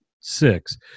six